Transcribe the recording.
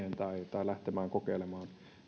tai lähtemään kokeilemaan